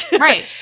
Right